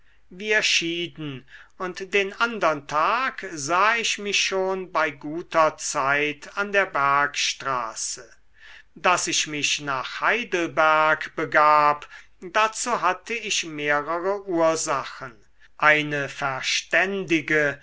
wir schieden und den andern tag sah ich mich schon bei guter zeit an der bergstraße daß ich mich nach heidelberg begab dazu hatte ich mehrere ursachen eine verständige